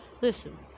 Listen